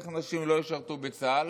איך נשים לא ישרתו בצה"ל,